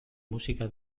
música